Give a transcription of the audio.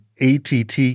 ATT